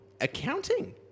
accounting